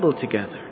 together